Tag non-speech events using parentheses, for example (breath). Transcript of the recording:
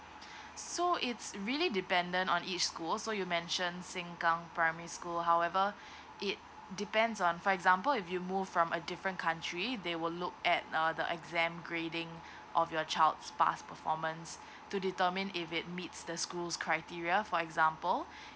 so it's really dependent on each school so you mentioned sengkang primary school however it depends on for example if you move from a different country they will look at uh the exam grading of your child past performance to determine if it meets the schools criteria for example (breath)